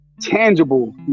Tangible